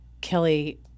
Kelly